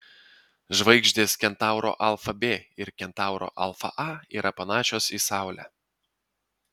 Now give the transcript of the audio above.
žvaigždės kentauro alfa b ir kentauro alfa a yra panašios į saulę